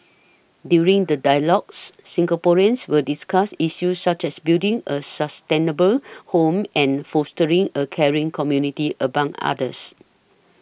during the dialogues Singaporeans will discuss issues such as building a sustainable home and fostering a caring community among others